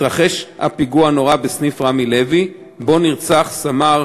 התרחש הפיגוע הנורא בסניף "רמי לוי" שבו נרצח סמ"ר